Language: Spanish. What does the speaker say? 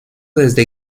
desde